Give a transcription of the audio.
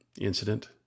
incident